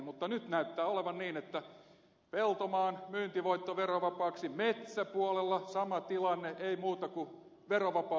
mutta nyt näyttää olevan niin että peltomaan myyntivoitto verovapaaksi metsäpuolella sama tilanne ei muuta kuin verovapaus voimaan